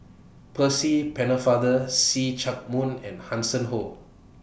Percy Pennefather See Chak Mun and Hanson Ho